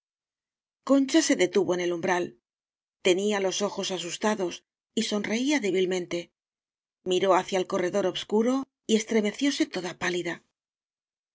concha se detuvo en el umbral tenia los ojos asustados y sonreía débilmente miró hacia el corredor obscuro y estremecióse toda pálida